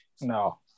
No